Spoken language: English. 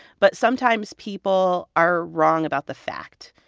but sometimes people are wrong about the fact.